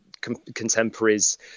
contemporaries